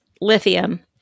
lithium